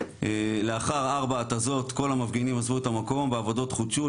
לאחר ארבע התזות כל המפגינים עזבו את המקום והעבודות חודשו.